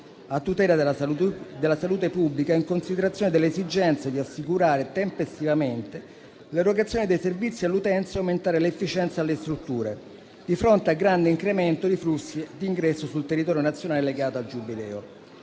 a tutela della salute pubblica, in considerazione dell'esigenza di assicurare tempestivamente l'erogazione dei servizi all'utenza e aumentare l'efficienza delle strutture di fronte al grande incremento dei flussi di ingresso sul territorio nazionale legato al Giubileo.